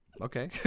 Okay